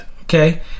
okay